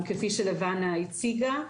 כפי שלבנה הציגה.